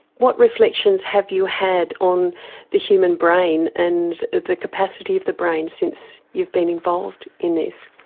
what reflections have you had on the human brain and the capacity of the brain since you've been involved in this?